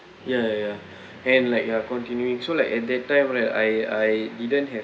ya ya ya and like ya continue so like at that time right I I didn't have